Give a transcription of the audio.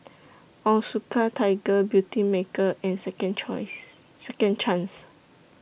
Onitsuka Tiger Beautymaker and Second Chance